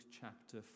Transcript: chapter